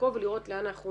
לעקוב ולראות לאן אנחנו